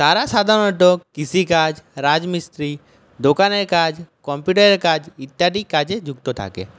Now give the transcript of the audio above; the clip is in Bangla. তারা সাধারণত কৃষিকাজ রাজমিস্ত্রি দোকানের কাজ কম্পিউটারের কাজ ইত্যাদি কাজে যুক্ত থাকে